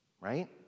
right